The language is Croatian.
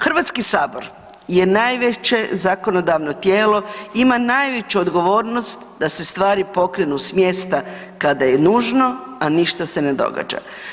Hrvatski sabor je najveće zakonodavno tijelo, ima najveću odgovornost da se stvari pokrenu s mjesta kada je nužno, a ništa se ne događa.